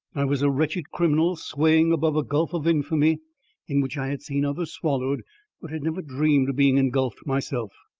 i was a wretched criminal swaying above a gulf of infamy in which i had seen others swallowed but had never dreamed of being engulfed myself.